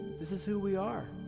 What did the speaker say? this is who we are.